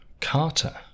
Carter